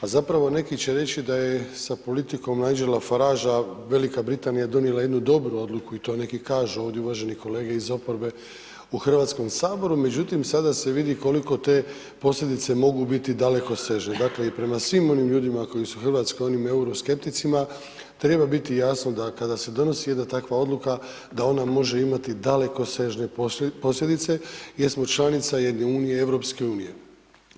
A zapravo neki će reći da je sa politikom Nigela Faragea Velika Britanija donijela jednu dobru odluku i to neki kažu ovdje uvaženi kolege iz oporbe u Hrvatskom saboru, međutim sada se vidi koliko te posljedice mogu biti dalekosežene dakle i prema svim onima ljudima koji su u Hrvatskoj u onim euroskepticima, treba biti jasno da kada se donosi jedna takva odluka, da ona može imati dalekosežne posljedica jer smo članica jedne unije, EU-a.